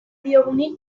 diogunik